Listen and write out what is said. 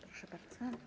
Proszę bardzo.